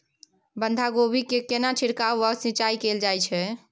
बंधागोभी कोबी मे केना छिरकाव व सिंचाई कैल जाय छै?